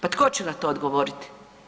Pa tko će na to odgovorit?